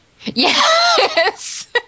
Yes